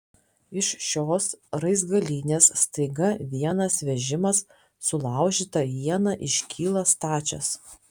iš šios raizgalynės staiga vienas vežimas sulaužyta iena iškyla stačias